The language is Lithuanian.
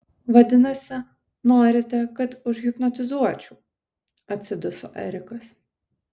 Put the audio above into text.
vadinasi norite kad užhipnotizuočiau atsiduso erikas